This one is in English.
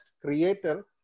creator